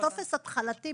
אבל זה טופס התחלתי.